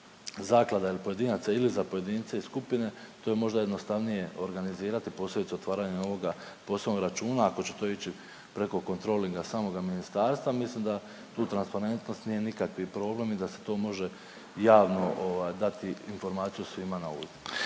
zaklada ili pojedinaca ili za pojedince i skupine to je možda jednostavnije organizirati posebice otvaranjem ovoga posebnog računa ako će to ići preko kontrolinga samoga ministarstva, mislim da tu transparentnost nije nikakvi problem i da se to može javno dati informaciju svima na uvid.